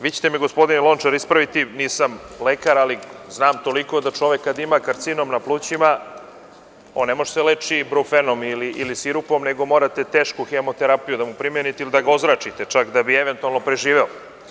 Vi ćete me, gospodine Lončar, ispraviti, nisam lekar, ali znam toliko da kada čovek ima karcinom na plućima on ne može da se leči brufenom ili sirupom, nego morate tešku hemoterapiju da mu primenite ili da ga ozračite da bi eventualno preživeo.